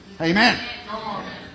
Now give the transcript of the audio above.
Amen